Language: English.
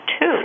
two